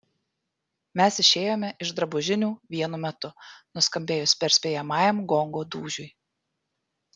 mes išėjome iš drabužinių vienu metu nuskambėjus perspėjamajam gongo dūžiui